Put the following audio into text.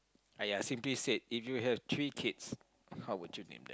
!aiya! simply said if you have three kids how would you name